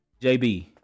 JB